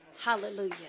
Hallelujah